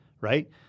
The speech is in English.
right